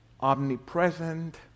omnipresent